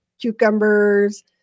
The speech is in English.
cucumbers